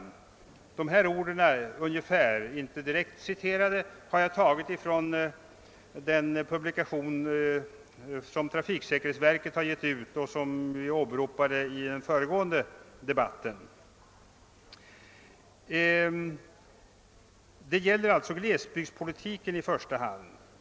Ungefär de här orden — de är inte direkt citerade — har jag tagit från den publikation som trafiksäkerhetsverket har utgett och som åberopats i den föregående debatten. Detta gäller alltså glesbygdspolitiken i första hand.